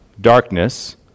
darkness